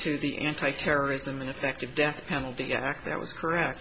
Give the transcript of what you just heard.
to the anti terrorism and effective death penalty